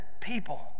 people